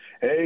Hey